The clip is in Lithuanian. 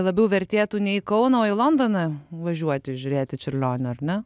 labiau vertėtų ne į kauną o į londoną važiuoti žiūrėti čiurlionio ar ne